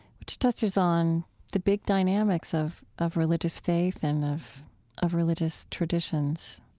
which touches on the big dynamics of of religious faith and of of religious traditions.